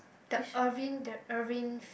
the Irvin the Irvin's